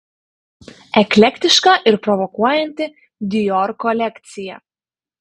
eklektiška ir provokuojanti dior kolekcija